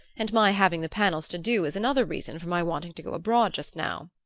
and my having the panels to do is another reason for my wanting to go abroad just now.